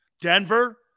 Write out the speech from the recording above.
Denver